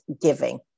giving